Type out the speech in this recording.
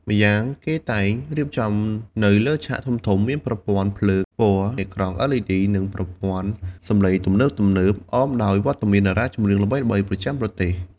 ម្យ៉ាងគេតែងរៀបចំនៅលើឆាកធំៗ មាន ប្រព័ន្ធភ្លើងពណ៌ អេក្រង់ LED និងប្រព័ន្ធសំឡេងទំនើបៗ អមដោយវត្តមានតារាចម្រៀងល្បីៗប្រចាំប្រទេស។